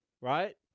right